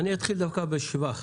אתחיל בשבח.